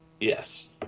Yes